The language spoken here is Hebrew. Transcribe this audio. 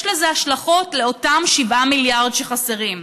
יש לזה השלכות, לאותם 7 מיליארד שחסרים.